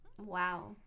wow